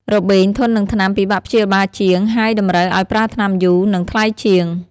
របេងធន់នឹងថ្នាំពិបាកព្យាបាលជាង ហើយតម្រូវឱ្យប្រើថ្នាំយូរ និងថ្លៃជាង។